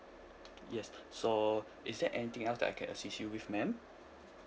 yes so is there anything else that I can assist you with ma'am